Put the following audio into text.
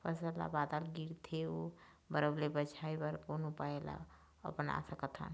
फसल ला बादर ले गिरथे ओ बरफ ले बचाए बर कोन उपाय ला अपना सकथन?